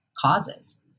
causes